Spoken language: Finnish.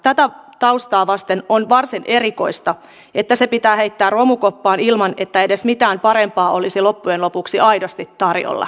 tätä taustaa vasten on varsin erikoista että se pitää heittää romukoppaan ilman että edes mitään parempaa olisi loppujen lopuksi aidosti tarjolla